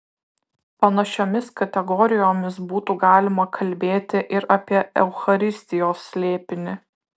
panašiomis kategorijomis būtų galima kalbėti ir apie eucharistijos slėpinį